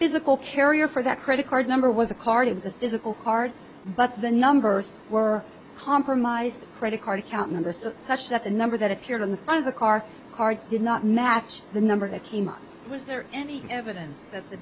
physical carrier for that credit card number was a card it was a physical card but the numbers were compromised credit card account numbers of such that the number that appeared in the front of the car card did not match the number that came up was there any evidence that the